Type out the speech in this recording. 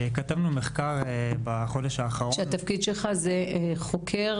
כתבנו מחקר בחודש האחרון -- התפקיד שלך הוא חוקר